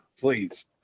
Please